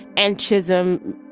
and chisholm,